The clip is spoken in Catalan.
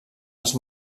els